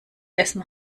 essen